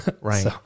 right